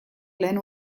lehen